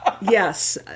yes